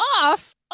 off